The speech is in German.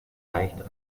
leichter